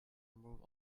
remove